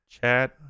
Chat